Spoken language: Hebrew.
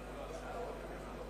שירות ביטחון (תיקון,